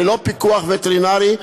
ללא פיקוח וטרינרי,